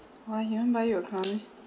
why he want to buy you a car meh